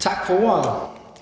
Tak for ordet.